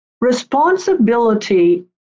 responsibility